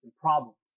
problems